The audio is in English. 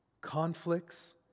conflicts